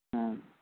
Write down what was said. ਹਾਂ